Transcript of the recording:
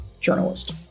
journalist